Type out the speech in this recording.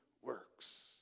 works